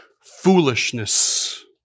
foolishness